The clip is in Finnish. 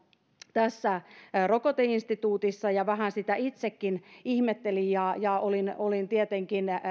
tässä rokote instituutissa ja vähän sitä itsekin ihmettelin ja ja olin olin tietenkin